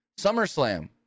SummerSlam